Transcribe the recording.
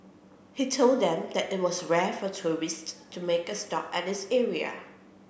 he told them that it was rare for tourists to make a stop at this area